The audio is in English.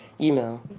email